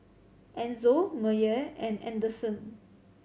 Enzo Meyer and Anderson